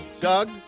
Doug